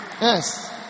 Yes